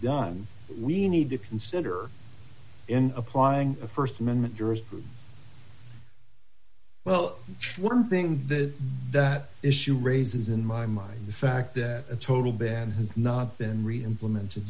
done we need to consider in applying a st amendment jurist well one thing that that issue raises in my mind the fact that a total ban has not been reimplemented